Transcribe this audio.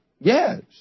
Yes